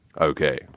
Okay